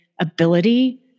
ability